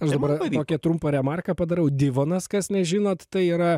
aš dabar tokią trumpą remarką padarau divonas kas nežinot tai yra